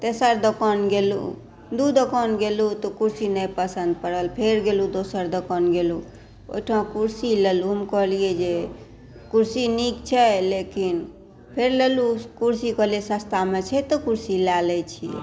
तेसर दोकान गेलहुँ दू दुकान गेलहुँ तऽ कुर्सी नहि पसन्द पड़ल फेर गेलहुँ दोसर दोकान गेलहुँ ओहिठाम कुर्सी लेलहुँ हम कहलियै जे कुर्सी नीक छै लेकिन फेर लेलहुँ कुर्सी कहलियै जे सस्तामे छै तऽ कुर्सी लऽ लै छी